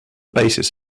basis